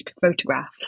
photographs